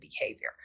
behavior